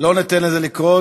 לא ניתן לזה לקרות.